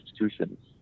institutions